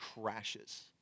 crashes